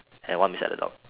and one beside the dog